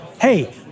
hey